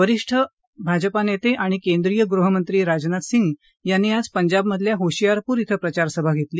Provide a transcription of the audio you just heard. वरिष्ठ आणि भाजपा नेते आणि केंद्रीय गृहमंत्री राजनाथ सिंग यांनी आज पंजाबमधल्या होशियारपूर क्रि प्रचारसभा घेतली